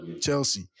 Chelsea